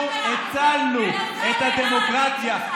אנחנו הצלנו את הדמוקרטיה.